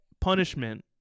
punishment